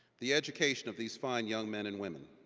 the education of these fine young men and women.